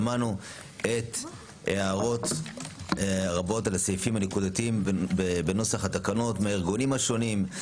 שמענו הערות רבות על סעיפים נקודתיים בנוסח התקנות מהארגונים השונים,